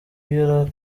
iyo